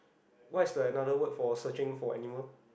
what is the another word for searching for animals